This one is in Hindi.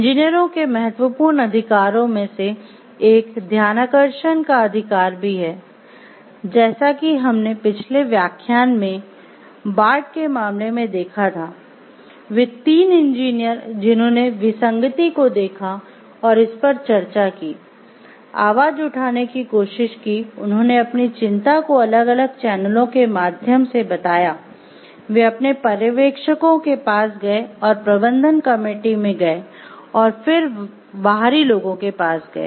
इंजीनियरों के महत्वपूर्ण अधिकारों में से एक ध्यानाकर्षण में गए और फिर बाहरी लोगों के पास गए